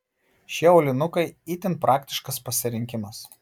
šie aulinukai itin praktiškas pasirinkimas